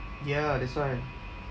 ya that's why